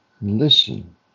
Listen